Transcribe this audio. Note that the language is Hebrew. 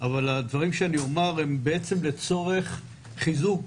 אבל הדברים שאני אומר הם לצורך חיזוק